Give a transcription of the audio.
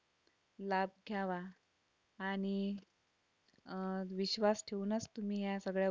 लाभ घ्यावा आणि विश्वास ठेवूनच तुम्ही या सगळ्या गोष्टी